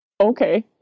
Okay